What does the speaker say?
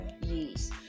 yes